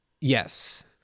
Yes